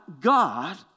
God